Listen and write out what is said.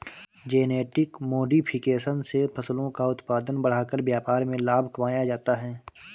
genetic modification से फसलों का उत्पादन बढ़ाकर व्यापार में लाभ कमाया जाता है